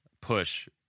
push